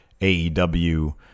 AEW